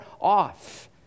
off